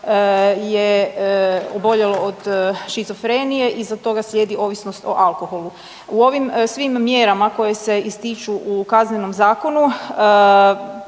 je oboljelo od šizofrenije iza toga slijedi ovisnost o alkoholu. U ovim svim mjerama koje se ističu u KZ-u zapravo